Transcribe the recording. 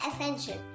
essential